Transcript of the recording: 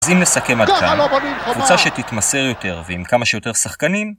אז אם נסכם עד כאן, קבוצה שתתמסר יותר, ועם כמה שיותר שחקנים